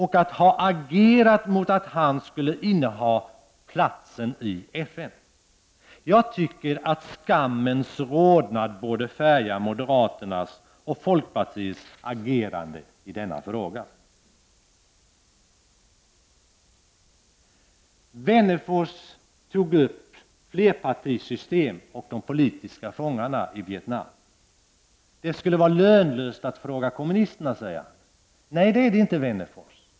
De kunde ha agerat mot att han skulle få en plats i FN. Jag tycker att skammens rodnad borde färga moderaternas och folkpartiets agerande i denna fråga. Alf Wennerfors tog upp detta med flerpartisystem och frågan om de politiska fångarna i Vietnam. Det skulle vara lönlöst att fråga kommunisterna, säger han. Nej, det är det inte, Alf Wennerfors!